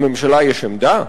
לממשלה יש עמדה?